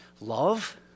love